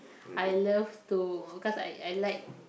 I love to cause I I like